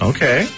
Okay